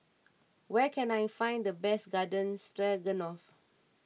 where can I find the best Garden Stroganoff